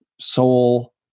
soul